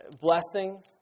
blessings